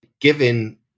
Given